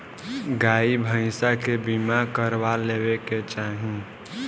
गाई भईसा के बीमा करवा लेवे के चाही